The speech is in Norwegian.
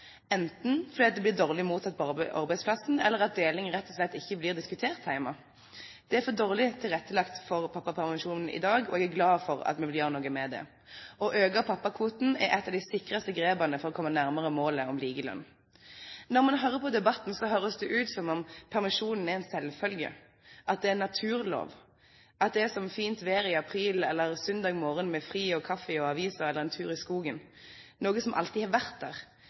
enten fordi det blir dårlig mottatt på arbeidsplassen eller at deling rett og slett ikke blir diskutert hjemme. Det er for dårlig tilrettelagt for pappapermisjon i dag, og jeg er glad for at vi vil gjøre noe med det. Å øke pappakvoten er et av de sikreste grepene for å komme nærmere målet om likelønn. Når man hører på debatten, høres det ut som om permisjonen er en selvfølge, at det er en naturlov, at det er som fint vær i april eller en søndag morgen med fri og kaffe og aviser eller en tur i skogen, som noe som alltid har vært der.